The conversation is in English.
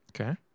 Okay